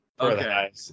Okay